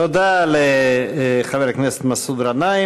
תודה לחבר הכנסת מסעוד גנאים.